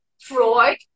Freud